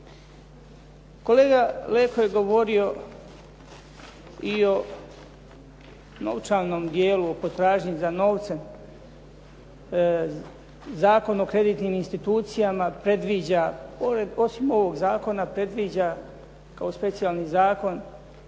Kolega Leko je govorio i o novčanom dijelu potražnje za novcem, Zakon o kreditnim institucijama predviđa, osim ovog zakona predviđa kao specijalni zakon